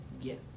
yes